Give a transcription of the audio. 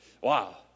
wow